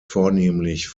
vornehmlich